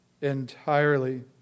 Entirely